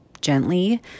gently